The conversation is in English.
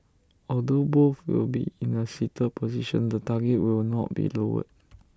although both will be in A seated position the target will not be lowered